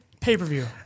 pay-per-view